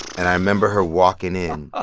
and i remember her walking in, ah